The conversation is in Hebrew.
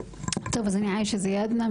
טוב אז אני עאישה זיאדנה,